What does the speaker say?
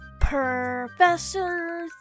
Professor